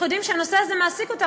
אנחנו יודעים שהנושא הזה מעסיק אותך,